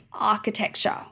architecture